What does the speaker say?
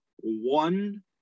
one